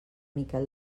miquel